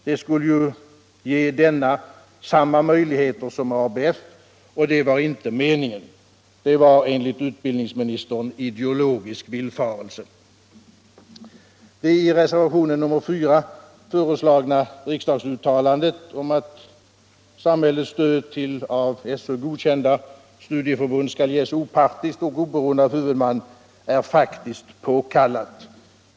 Det skulle ju ge denna samma möjligheter som ABF, och det var inte meningen. Det var enligt utbildningsministern en ideologisk villfarelse. Det i reservationen 4 föreslagna riksdagsuttalandet om att samhällets stöd till av SÖ godkända studieförbund skall ges opartiskt och oberoende av huvudman är faktiskt påkallat.